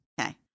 Okay